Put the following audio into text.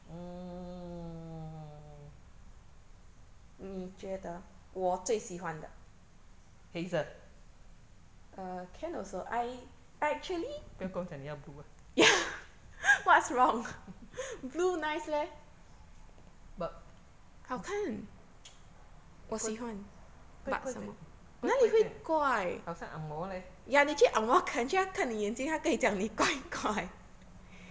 mm hazel 不要跟我讲你要 blue 啊 but 怪怪 leh 好像 angmo leh